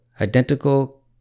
Identical